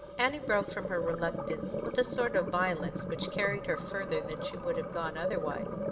annie broke from her reluctance with a sort of violence which carried her further than she would have gone otherwise.